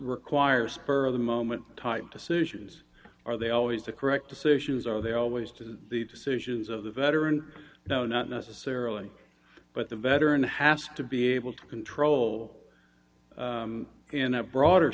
require a spur of the moment type decisions are they always to correct decisions are there always to the decisions of the veteran no not necessarily but the veteran has to be able to control in a broader